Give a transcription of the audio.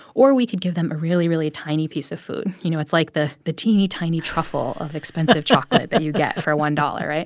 or we could give them a really, really tiny piece of food. you know, it's like the the teeny, tiny truffle of expensive chocolate that you get for one dollars, right?